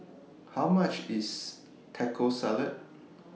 How much IS Taco Salad